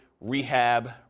rehab